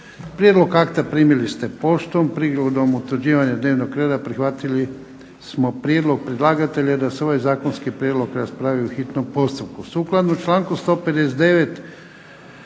Prijedlog akta primili ste poštom, prigodom utvrđivanja dnevnog reda prihvatili smo prijedlog predlagatelja da se ovaj Zakonski prijedlog raspravi u hitnom postupku.